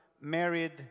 married